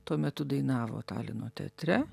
tuo metu dainavo talino teatre